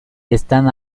están